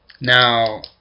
Now